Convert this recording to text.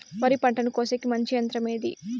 వరి పంటను కోసేకి మంచి యంత్రం ఏది?